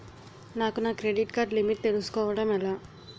నాకు నా credit card limit తెలుసుకోవడం ఎలా?